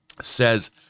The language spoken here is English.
says